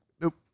nope